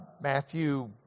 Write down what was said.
Matthew